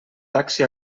taxi